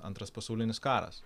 antras pasaulinis karas